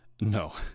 no